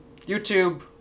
YouTube